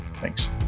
Thanks